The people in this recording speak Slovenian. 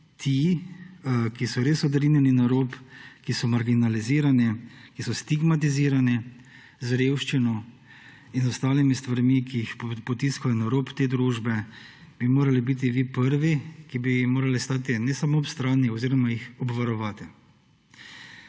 ki so res odrinjeni na rob, ki so marginalizirani, ki so stigmatizirani z revščino in z ostalimi stvarmi, ki jih potiskajo na rob te družbe, bi morali biti vi prvi, ki bi morali stati ne samo ob strani oziroma jih obvarovati.